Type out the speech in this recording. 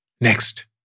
Next